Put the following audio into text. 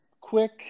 quick